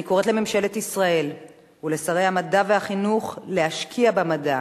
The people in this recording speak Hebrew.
אני קוראת לממשלת ישראל ולשרי המדע והחינוך להשקיע במדע,